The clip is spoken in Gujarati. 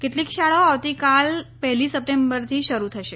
કેટલીક શાળાઓ આવતીકાલ પહેલી સપ્ટેમ્બરથી શરૂ થશે